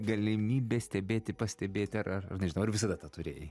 galimybė stebėti pastebėti ar ar nežinau ar visada tą turėjai